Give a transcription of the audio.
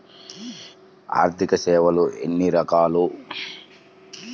ఆర్థిక సేవలు ఎన్ని రకాలు?